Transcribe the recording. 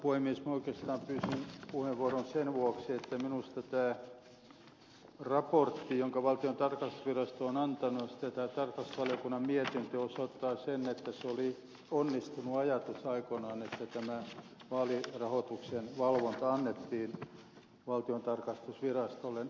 minä oikeastaan pyysin puheenvuoron sen vuoksi että minusta tämä raportti jonka valtionta louden tarkastusvirasto on antanut ja tämä tarkastusvaliokunnan mietintö osoittavat sen että se oli onnistunut ajatus aikoinaan että tämä vaalirahoituksen valvonta annettiin valtiontalouden tarkastusvirastolle